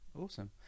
awesome